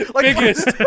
Biggest